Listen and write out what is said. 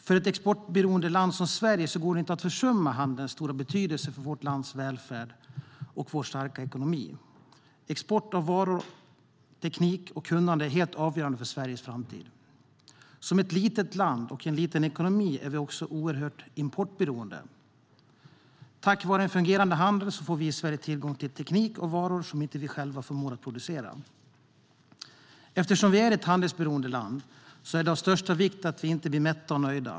För ett exportberoende land som Sverige går det inte att försumma handelns stora betydelse för vårt lands välfärd och vår starka ekonomi. Export av varor, teknik och kunnande är helt avgörande för Sveriges framtid. Som ett litet land och en liten ekonomi är vi också oerhört importberoende. Tack vare en fungerande handel får vi i Sverige tillgång till teknik och varor som vi inte själva förmår att producera. Eftersom vi är ett handelsberoende land är det av största vikt att vi inte blir mätta och nöjda.